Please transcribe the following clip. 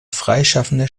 freischaffender